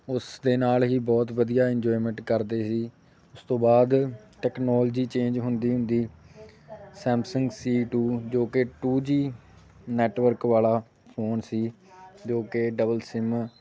ਉਸ ਦੇ ਨਾਲ ਹੀ ਬਹੁਤ ਵਧੀਆ ਇੰਜੋਮੈਂਟ ਕਰਦੇ ਸੀ ਉਸ ਤੋਂ ਬਾਅਦ ਟੈਕਨੋਲਜੀ ਚੇਂਜ ਹੁੰਦੀ ਹੁੰਦੀ ਸੈਮਸੰਗ ਸੀ ਟੂ ਜੋ ਕਿ ਟੂ ਜੀ ਨੈਟਵਰਕ ਵਾਲਾ ਫ਼ੋਨ ਸੀ ਜੋ ਕਿ ਡਬਲ ਸਿਮ